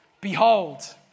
Behold